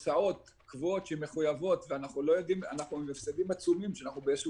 הוצאות קבועות שמחויבות ואנחנו עם הפסדים עצומים שאנחנו באיזה שהוא